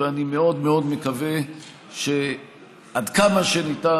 ואני מאוד מאוד מקווה שעד כמה שניתן,